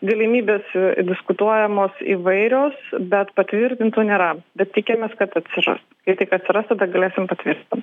galimybės diskutuojamos įvairios bet patvirtintų nėra bet tikimės kad atsiras kai tik atsiras tada galėsim patvirtint